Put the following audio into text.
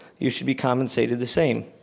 you should be compensated the same.